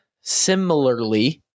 similarly